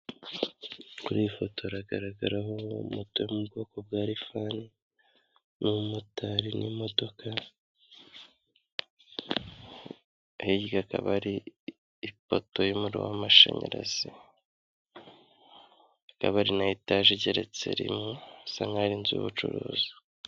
Kuri iyi foto hagaragaraho moto yo mu bwoko bwa rifani, umumotari n'imodoka, hirya hakaba hari ipoto y'umuriro w'amashanyarazi rimwe, akaba ari inzu y'ubucuruzi.